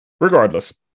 regardless